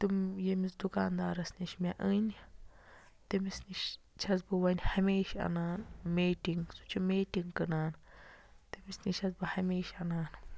تم ییٚمِس دُکاندارَس نِش مےٚ أنۍ تٔمِس نِش چھَس بہٕ وۄنۍ ہَمیش اَنان میٹِنٛگ سُہ چھُ میٹِنٛگ کٕنان تٔمِس نِش چھَس بہٕ ہَمیش اَنان